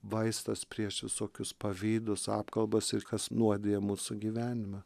vaistas prieš visokius pavydus apkalbas ir kas nuodija mūsų gyvenimą